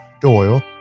Doyle